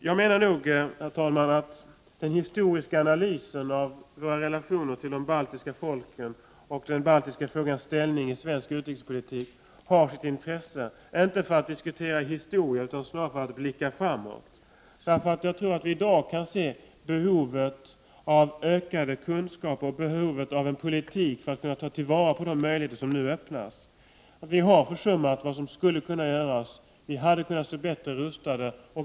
Jag menar, herr talman, att den historiska analysen av våra relationer till de baltiska folken och av den baltiska frågans ställning i svensk utrikespolitik har sitt intresse — inte för att diskutera historia utan snarare för att blicka framåt. Jag tror att vi i dag kan se behovet av ökade kunskaper och behovet av en politik för att kunna ta till vara de möjligheter som nu öppnas. Vi har försummat vad som skulle kunna göras. Vi hade kunnat stå bättre rustade.